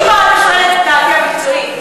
אם אתה שואל את דעתי המקצועית.